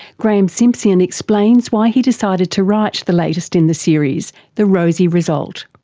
graeme simsion explains why he decided to write the latest in the series, the rosie result.